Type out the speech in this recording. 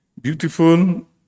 Beautiful